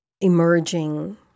emerging